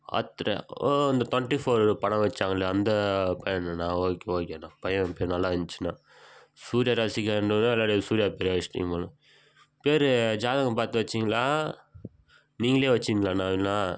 ஆத்ரயா ஓ இந்த twenty four படம் வைச்சாங்களையா அந்த பையனாண்ணா ஓகே ஓகேண்ணா பையன் பேர் நல்லா இருந்துச்சுண்ணா சூர்யா ரசிகன்னு ஓ அதனாலே சூர்யா பேர் வெச்சுட்டிங்க போல் பேர் ஜாதகம் பார்த்து வைச்சிங்களா நீங்களே வைச்சிங்களாண்ணா இல்லைனா